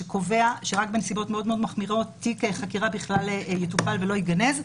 שקובע שרק בנסיבות מאוד מאוד מחמירות תיק חמירה בכלל יטופל ולא ייגנז,